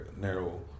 narrow